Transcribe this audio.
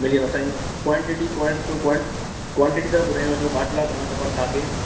मिली वेंदो साईं क्वांटिटी क्वांटिटी क्वांटिटी तव्हां ॿुधाईंदो बाटला घणा खपनि तव्हांखे